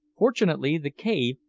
fortunately the cave,